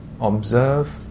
observe